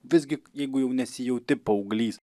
visgi jeigu jau nesijauti paauglys